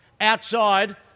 outside